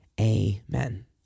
amen